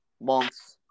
months